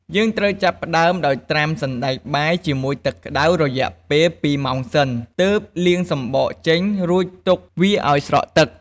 យើងត្រូវចាប់ផ្ដើម ដោយត្រាំសណ្តែកបាយជាមួយទឹកក្តៅ រយៈពេល២ម៉ោងសិន ទើបលាងសំបកចេញ រួចទុកវាឱ្យស្រក់ទឹក។